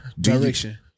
direction